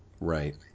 Right